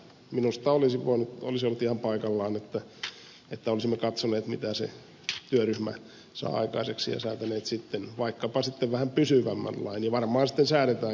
minusta olisi ollut ihan paikallaan että olisimme katsoneet mitä se työryhmä saa aikaiseksi ja säätäneet vaikkapa sitten vähän pysyvämmän lain ja varmaan sitten säädetäänkin